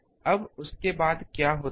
अब उसके बाद क्या होता है